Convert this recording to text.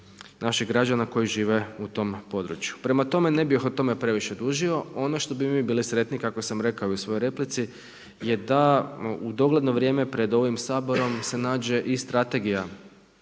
naših građana koji žive u tom području. Prema tome, ne bih o tome previše dužio. Ono što bi mi bili sretni kako sam i rekao u svojoj replici je da u dogledno vrijeme pred ovim Saborom se nađe i Strategija